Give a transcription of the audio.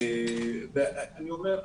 אני אומר,